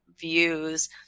views